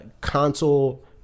console